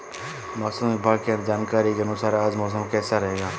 मौसम विभाग की जानकारी के अनुसार आज मौसम कैसा रहेगा?